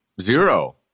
zero